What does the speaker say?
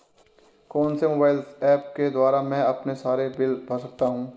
कौनसे mobile apps के द्वारा मैं अपने सारे बिल भर सकता हूं?